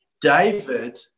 David